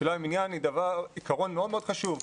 תפילה במניין הוא עקרון מאוד חשוב.